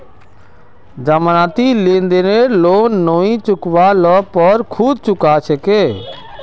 जमानती लेनदारक लोन नई चुका ल पर खुद चुका छेक